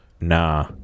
nah